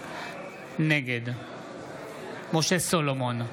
נגד משה סולומון,